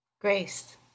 Grace